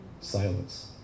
Silence